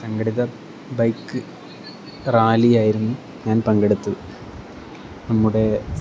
സംഘടിത bike rally ആയിരുന്നു ഞാൻ പങ്കെടുത്തത് നമ്മുടെ